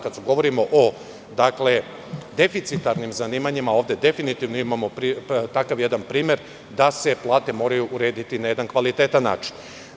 Kada govorimo o deficitarnim zanimanjima, ovde definitivno imamo takav jedan primer, da se plate moraju urediti na jedan kvalitetan način.